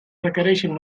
requereixin